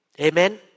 Amen